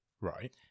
Right